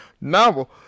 novel